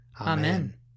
Amen